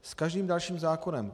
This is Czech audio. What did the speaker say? S každým dalším zákonem.